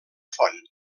font